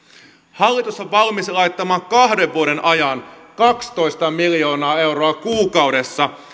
hallitus on valmis laittamaan kahden vuoden ajan kaksitoista miljoonaa euroa kuukaudessa